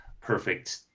perfect